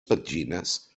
petxines